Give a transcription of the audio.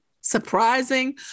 surprising